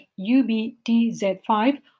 UBTZ5